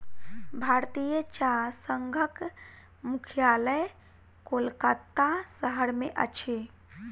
भारतीय चाह संघक मुख्यालय कोलकाता शहर में अछि